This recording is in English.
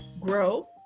grow